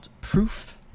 Proof